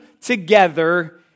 together